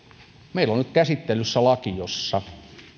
meillä on nyt käsittelyssä laki jossa